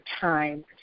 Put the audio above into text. time